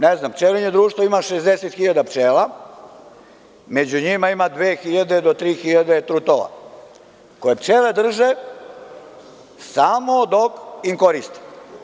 Ne znam, pčelinje društvo ima 60 hiljada pčela, među njima ima dve do tri hiljade trutova, koje pčele drže samo dok im koriste.